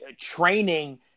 training